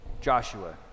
Joshua